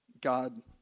God